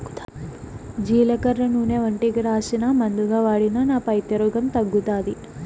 జీలకర్ర నూనె ఒంటికి రాసినా, మందుగా వాడినా నా పైత్య రోగం తగ్గుతాది